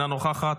אינה נוכחת,